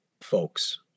folks